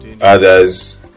Others